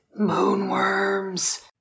Moonworms